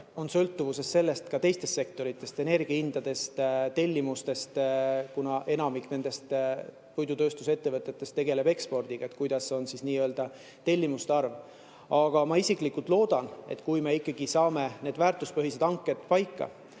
on sõltuvuses ka teistest sektoritest, energiahindadest, tellimustest. Kuna enamik nendest puidutööstusettevõtetest tegeleb ekspordiga[, siis on tähtis], kuidas on tellimuste arv. Aga ma isiklikult loodan, et kui me ikkagi saame need väärtuspõhised hanked paika,